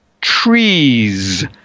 trees